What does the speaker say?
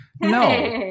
No